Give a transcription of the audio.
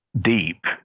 deep